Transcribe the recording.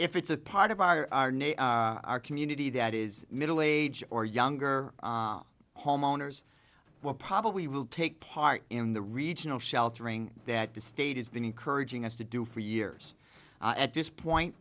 if it's a part of our community that is middle age or younger homeowners will probably will take part in the regional sheltering that the state has been encouraging us to do for years at this point